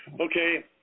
Okay